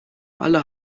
alle